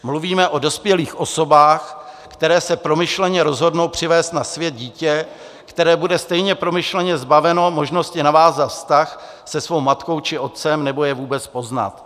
Mluvíme o dospělých osobách, které se promyšleně rozhodnou přivést na svět dítě, které bude stejně promyšleně zbaveno možnosti navázat vztah se svou matkou či otcem nebo je vůbec poznat.